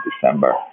December